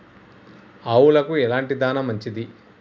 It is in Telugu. ఆవులకు ఎలాంటి దాణా మంచిది?